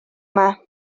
yma